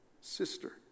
sister